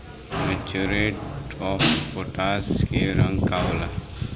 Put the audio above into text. Muriate of potash के रंग का होला?